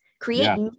Create